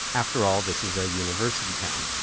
after all, this is a university town.